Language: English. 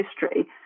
history